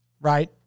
right